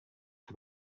for